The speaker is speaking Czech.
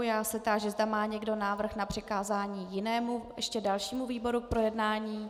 Já se táži, zda má někdo návrh na přikázání ještě dalšímu výboru k projednání.